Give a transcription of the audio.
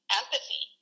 empathy